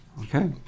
Okay